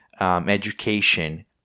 education